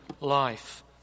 life